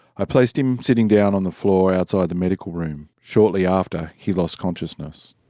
i placed him sitting down on the floor outside the medical room, shortly after he lost consciousness.